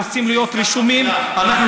אנחנו רוצים להיות רשומים, זו עסקת חבילה.